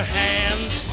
hands